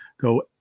go